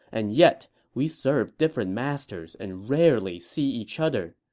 and yet we serve different masters and rarely see each other.